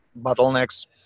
bottlenecks